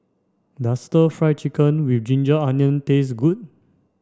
does stir fried chicken with ginger onion taste good